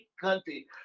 country